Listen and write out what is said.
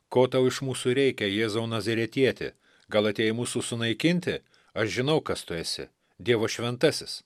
ko tau iš mūsų reikia jėzau nazaretieti gal atėjai mūsų sunaikinti aš žinau kas tu esi dievo šventasis